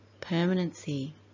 permanency